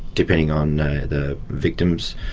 depending on the victims.